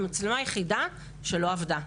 המצלמה היחידה שלא עבדה.